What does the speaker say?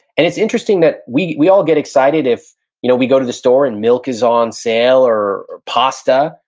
and it's interesting that we we all get excited if you know we go to the store and milk is on sale or or pasta,